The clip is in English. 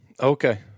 Okay